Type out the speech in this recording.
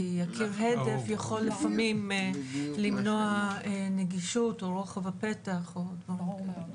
קיר הדף יכול לפעמים למנוע נגישות או רוחב הפתח או דברים כאלה.